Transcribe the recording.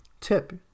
tip